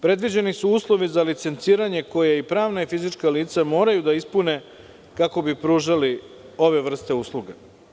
Predviđeni su uslovi za licenciranje koje i pravna i fizička lica moraju da ispune kako bi pružali ove vrste usluga.